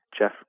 Jeff